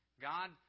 God